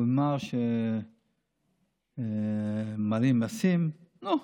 הוא אמר שמעלים מיסים, נו,